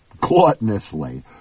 gluttonously